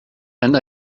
and